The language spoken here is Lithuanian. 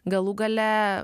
galų gale